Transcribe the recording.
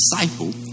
disciple